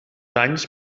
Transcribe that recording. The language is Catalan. anys